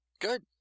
Good